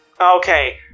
Okay